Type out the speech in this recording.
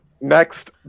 Next